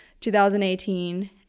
2018